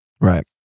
right